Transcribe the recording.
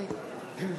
(קוראת בשמות חברי הכנסת)